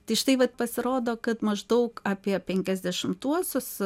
tai štai vat pasirodo kad maždaug apie penkiasdešimtuosius